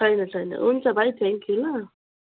छैन छैन हुन्छ भाइ थ्याङ्क यू ल